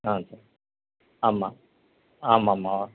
ஆ சரி ஆமாம் ஆமாம்மா